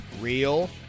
Real